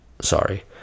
Sorry